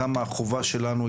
וכמה זו חובה שלנו,